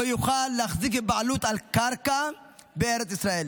לא יוכל להחזיק בבעלות על קרקע בארץ ישראל.